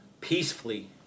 peacefully